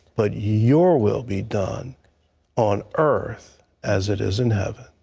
but your will be done on earth as it is in heaven.